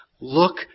Look